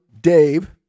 Dave